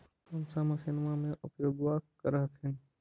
कौन सा मसिन्मा मे उपयोग्बा कर हखिन?